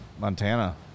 Montana